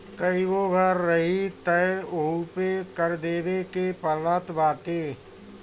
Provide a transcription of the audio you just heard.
कईगो घर रही तअ ओहू पे कर देवे के पड़त बाटे